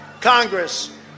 Congress